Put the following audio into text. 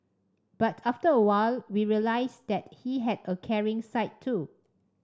but after a while we realised that he had a caring side too